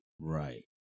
Right